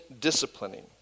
disciplining